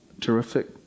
terrific